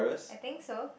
I think so